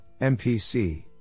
MPC